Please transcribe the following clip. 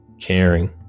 caring